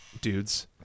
dudes